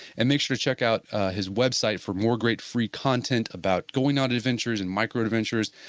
and make sure to check out his website for more great free content about going on adventures, and microadventures,